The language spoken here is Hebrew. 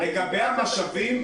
לגבי המשאבים,